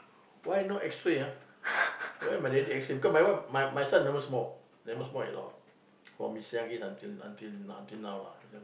why no X-ray ah why my already X-ray cause my one son never smoke never smoke at all promise young age until until until now lah